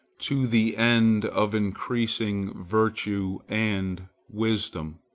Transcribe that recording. to the end of increasing virtue and wisdom.